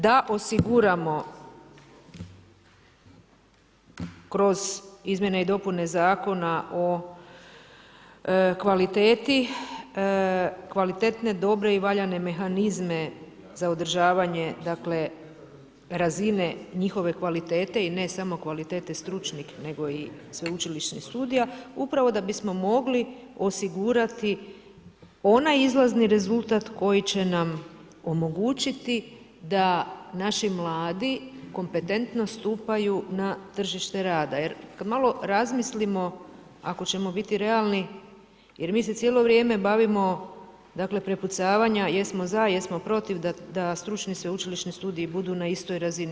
Da osiguramo kroz izmjene i dopune Zakona o kvaliteti, kvalitetne, dobre i valjane mehanizme za održavanje razine njihove kvalitete i ne samo kvalitete stručnih, nego i sveučilišnih studija, upravo da bismo mogli osigurati onaj izlazni rezultat koji će nam omogućiti da naši mladi kompetentno stupaju na tržište rada, jer kada malo razmislimo, ako ćemo biti realni, jer mi se cijelo vrijeme bavimo dakle, prepucavanja, jesmo za jesmo protiv, da stručni sveučilišni studiji budu na istoj razini.